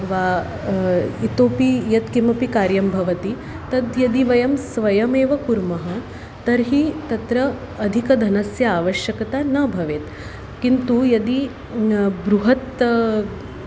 वा इतोपि यत्किमपि कार्यं भवति तद्यदि वयं स्वयमेव कुर्मः तर्हि तत्र अधिकधनस्य आवश्यकता न भवेत् किन्तु यदि बृहत्